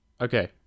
okay